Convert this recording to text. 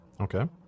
Okay